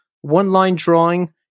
one-line-drawing